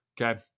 Okay